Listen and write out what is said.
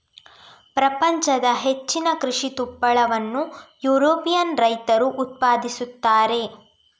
ಪ್ರಪಂಚದ ಹೆಚ್ಚಿನ ಕೃಷಿ ತುಪ್ಪಳವನ್ನು ಯುರೋಪಿಯನ್ ರೈತರು ಉತ್ಪಾದಿಸುತ್ತಾರೆ